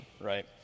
right